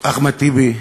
אחמד טיבי,